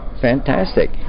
fantastic